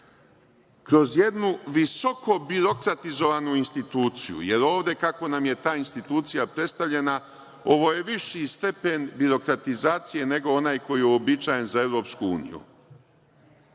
Kroz jednu visoko birokratizovanu instituciju, jer ovde kako nam je ta institucija predstavljena, ovo je viši stepen birokratizacije, nego onaj koji je uobičajen za EU. Oni